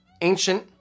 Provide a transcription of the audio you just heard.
Ancient